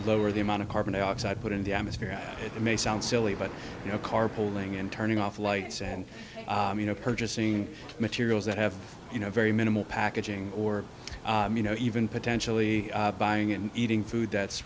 lower the amount of carbon dioxide put in the atmosphere it may sound silly but you know carpooling in turning off lights and you know purchasing materials that have you know very minimal packaging or you know even potentially buying and eating food that's